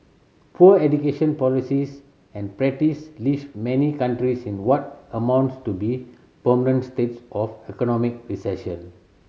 poor education policies and practice leave many countries in what amounts to be permanent states of economic recession